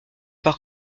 par